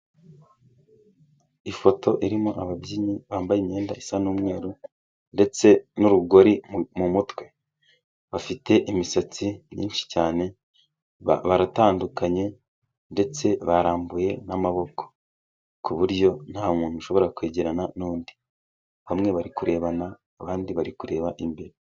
Ifoto irimo ababyinnyi bambaye imyenda isa n'umweru ndetse n'urugori mu mutwe ,bafite imisatsi myinshi cyane, baratandukanye ndetse barambuye n'amaboko ku buryo nta muntu ushobora kwegerana n'undi bamwe bari kurebana, abandi bari kureba imbere.